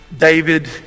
David